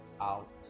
out